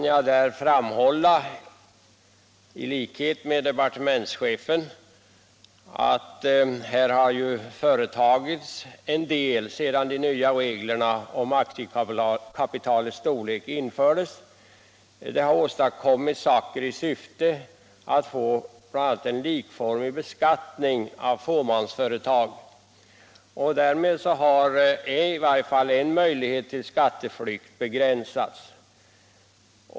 Jag kan i likhet med departementschefen framhålla att här har hänt åtskilligt sedan de nya reglerna om aktiekapitalets storlek infördes. Det har åstadkommits åtgärder i syfte att bl.a. få en likformig beskattning av fåmansföretag. Därmed har i varje fall en möjlighet till skatteflykt begränsats.